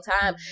time